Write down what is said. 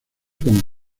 con